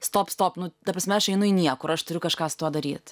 stop stop nu ta prasme aš einu į niekur aš turiu kažką su tuo daryt